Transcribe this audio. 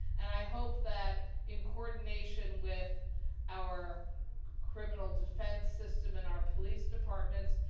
and i hope that, in coordination with our criminal defense system and our police departments,